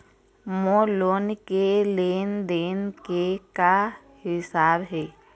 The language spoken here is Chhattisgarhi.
मोर लोन के लेन देन के का हिसाब हे?